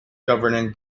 governing